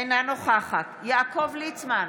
אינה נוכחת יעקב ליצמן,